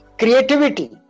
creativity